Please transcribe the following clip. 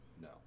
No